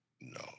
no